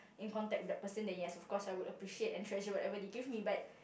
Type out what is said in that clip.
in contact with that person then yes of course I will appreciate and treasure whatever they give me but